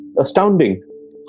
astounding